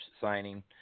signing